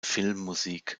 filmmusik